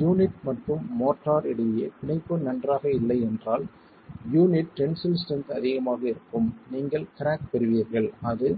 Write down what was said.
unit மற்றும் mortar இடையே பிணைப்பு நன்றாக இல்லை என்றால் யூனிட் டென்சில் ஸ்ட்ரென்த் அதிகமாக இருக்கும் நீங்கள் கிராக் பெறுவீர்கள் அது